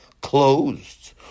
closed